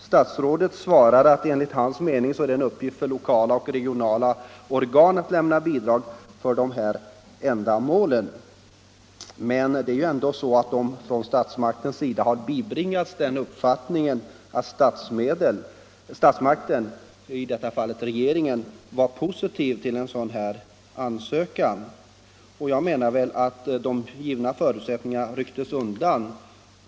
Statsrådet svarar att enligt hans mening är det ”en uppgift för lokala och regionala organ att lämna bidrag till dessa ändamål”. Men det är ju ändå så att man av staten bibringades uppfattningen att staten —- i detta fall regeringen — var positiv till en sådan här ansökan. Jag menar att de givna förutsättningarna ryckts undan.